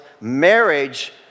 marriage